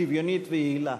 שוויונית ויעילה.